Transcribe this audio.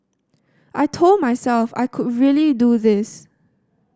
I told myself I could really do this